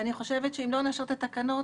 אני חושבת שאם לא נאשר את התקנות,